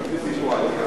אני לא מדבר כרגע,